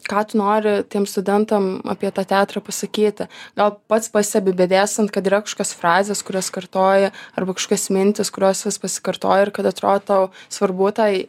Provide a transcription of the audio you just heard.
ką tu nori tiem studentam apie tą teatrą pasakyti gal pats pastebi bedėstant kad yra kažkokios frazės kurias kartoji arba kažkokias mintys kurios vis pasikartoja ir kad atrodo tau svarbu tai